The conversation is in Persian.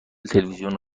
تلویزیون